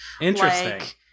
Interesting